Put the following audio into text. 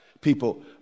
people